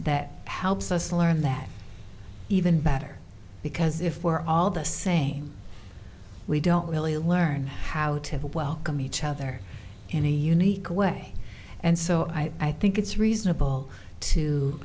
that helps us learn that even better because if we're all the same we don't really learn how to welcome each other in a unique way and so i think it's reasonable